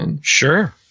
sure